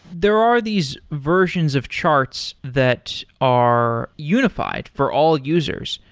there are these versions of charts that are unified for all users.